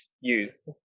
use